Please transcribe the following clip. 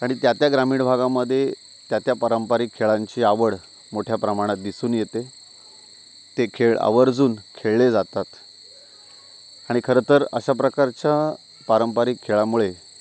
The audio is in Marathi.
आणि त्या त्या ग्रामीण भागामध्ये त्या त्या पारंपरिक खेळांची आवड मोठ्या प्रमाणात दिसून येते ते खेळ आवर्जून खेळले जातात आणि खरं तर अशा प्रकारच्या पारंपरिक खेळामुळे